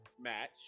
match